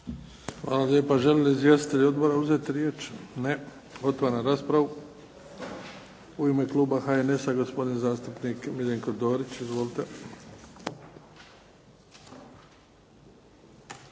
Hvala lijepa. Žele li izvjestitelji Odbora uzeti riječ? Ne. Otvaram raspravu. U ime Kluba HNS-a gospodin zastupnik MIljenko Dorić. Izvolite.